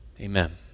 amen